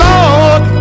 Lord